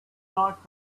not